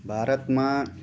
भारतमा